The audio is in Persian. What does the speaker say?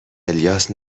الیاس